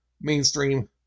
mainstream